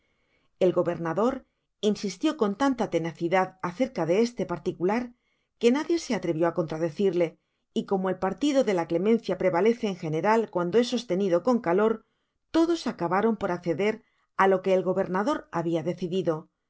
el gobernador insistió con tanta tenacidad acerca de este particular que nadie se atrevió á contradecirle y como el partido de la clemencia prevalece en general cuando es sostenido con caler todos acabaron por acceder á lo que el gobernador habia decidido